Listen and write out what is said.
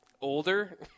older